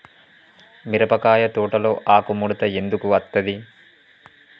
మిరపకాయ తోటలో ఆకు ముడత ఎందుకు అత్తది?